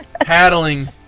Paddling